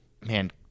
Man